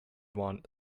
want